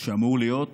שאמור להיות